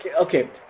Okay